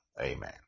Amen